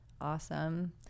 Awesome